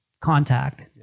contact